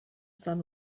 sun